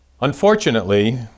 Unfortunately